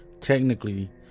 technically